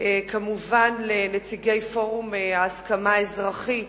וכמובן לנציגי פורום ההסכמה האזרחית,